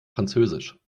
französisch